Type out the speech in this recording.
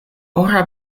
ora